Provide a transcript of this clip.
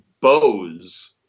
Bose